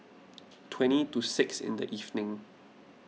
twenty to six in the evening